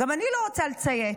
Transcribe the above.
גם אני לא רוצה לציית.